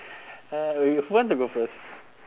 uh will you who want to go first